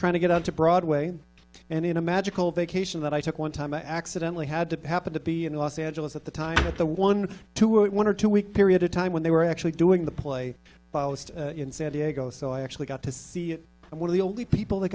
trying to get out to broadway and in a magical vacation that i took one time i accidentally had to happen to be in los angeles at the time with the one to one or two week period of time when they were actually doing the play in san diego so i actually got to see one of the only people that